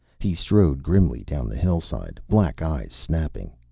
he strode grimly down the hillside, black eyes snapping.